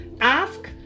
ask